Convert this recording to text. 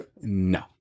no